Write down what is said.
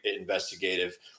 investigative